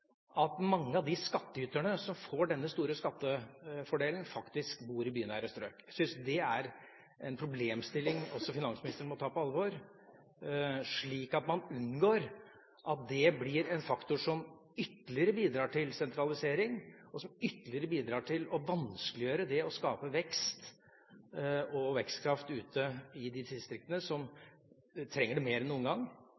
mange av de skattyterne som får denne store skattefordelen, bor i bynære strøk. Jeg syns det er en problemstilling også finansministeren må ta på alvor, slik at man unngår at det blir en faktor som ytterligere bidrar til sentralisering, og som ytterligere bidrar til å vanskeliggjøre det å skape vekst og vekstkraft ute i distriktene, som